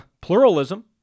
pluralism